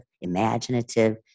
imaginative